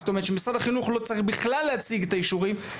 כך שמשרד החינוך לא צריך בכלל להציג את האישורים,